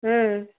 ம்